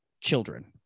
children